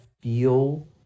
feel